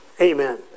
Amen